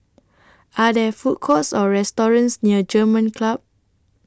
Are There Food Courts Or restaurants near German Club